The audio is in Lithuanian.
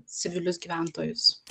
civilius gyventojus